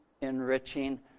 enriching